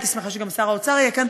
הייתי שמחה שגם שר האוצר יהיה כאן,